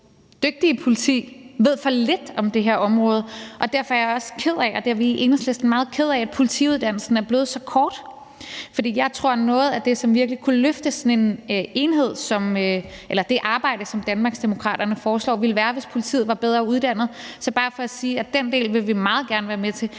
dygtige politi ved for lidt om det her område. Derfor er vi i Enhedslisten også meget kede af, at politiuddannelsen er blevet så kort. For jeg tror, at noget af det, som virkelig kunne løfte det arbejde, som Danmarksdemokraterne foreslår, ville være, at politiet var bedre uddannet. Så jeg vil bare sige, at den del vil vi meget gerne være med til,